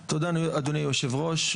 תודה, אדוני יושב הראש.